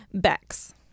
Bex